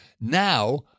Now